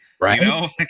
right